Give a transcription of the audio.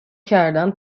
کردن